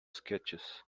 sketches